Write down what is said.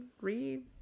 read